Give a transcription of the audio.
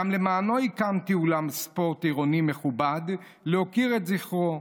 גם למענו הקמתי אולם ספורט עירוני מכובד להוקיר את זכרו.